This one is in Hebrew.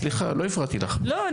אלי